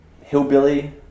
hillbilly